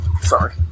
Sorry